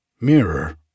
mirror